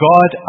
God